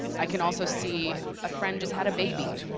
i can also see a friend just had a baby.